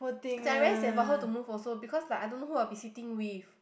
is like I'm very sian for her to move also because like I don't know who I'll be sitting with